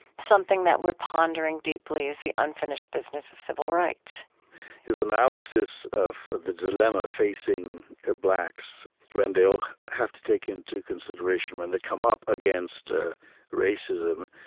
something that we're pondering deeply is the unfinished business of civil rights his analysis of the dilemma facing blacks when they all have to take into consideration when they come up against ah racism,